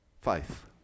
faith